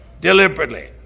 deliberately